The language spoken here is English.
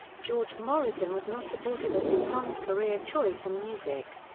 george morrison was not supportive of his son's career choice in music.